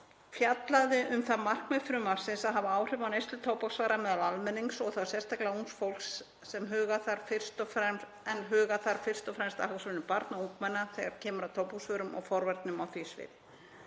fjallaði um það markmið frumvarpsins að hafa áhrif á neyslu tóbaksvara meðal almennings og þá sérstaklega ungs fólks en huga þarf fyrst og fremst að hagsmunum barna og ungmenna þegar kemur að tóbaksvörum og forvörnum á því sviði.